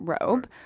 robe